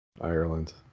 Ireland